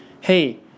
Hey